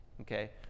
Okay